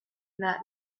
that